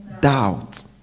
doubt